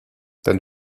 dann